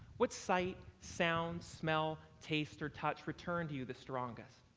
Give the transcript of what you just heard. what sight, sound, smell, taste or touch returned to you the strongest?